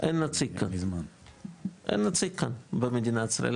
אין נציג כאן במדינת ישראל.